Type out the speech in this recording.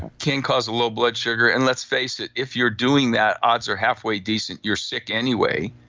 can cause low blood sugar. and let's face it, if you're doing that, odds are halfway decent you're sick anyway,